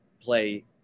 play